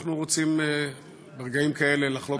אנחנו רוצים ברגעים כאלה לחלוק,